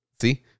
see